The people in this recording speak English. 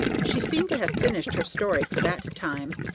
she seemed to have finished her story for that time,